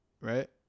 right